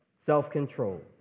self-control